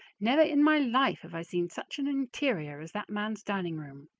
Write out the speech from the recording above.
never in my life have i seen such an interior as that man's dining room.